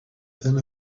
than